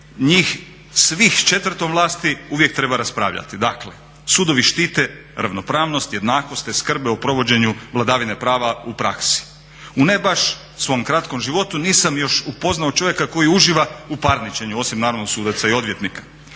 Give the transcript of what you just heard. njih svih s četvrtom vlasti uvijek treba raspravljati. Dakle, sudovi štite ravnopravnost, jednakost te skrbe o provođenju vladavine prava u praksi. U ne baš svom kratkom životu nisam još upoznao čovjeka koji uživa u parničenju, osim naravno sudaca i odvjetnika.